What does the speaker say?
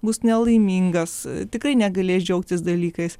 bus nelaimingas tikrai negalės džiaugtis dalykais